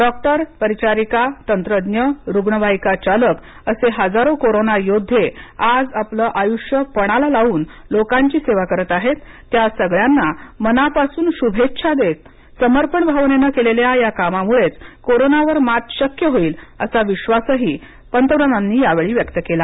doctor परिचारिका तंत्रज्ञ रुग्णवाहिका चालक असे हजारो कोरोना योद्वे आज आपलं आयुष्य पणाला लावून लोकांची सेवा करत आहेत त्या सगळ्यांना मनापासून शुभेच्छा देत समर्पण भावनेने केलेल्या या कामामुळेच कोरोनावर मात शक्य होईल असा विश्वास ही पंतप्रधानांनी व्यक्त केला